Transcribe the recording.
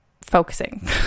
focusing